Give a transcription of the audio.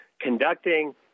conducting